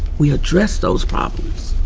we address those problems.